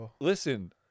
listen